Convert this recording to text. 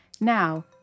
Now